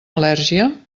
al·lèrgia